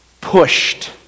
pushed